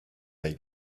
they